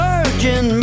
Virgin